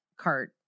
cart